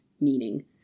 meaning